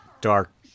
dark